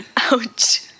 ouch